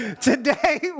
Today